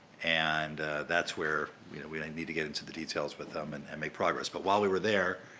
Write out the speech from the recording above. and that's where we like need to get into the details with them and and make progress. but, while we were there,